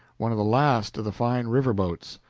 one of the last of the fine river boats.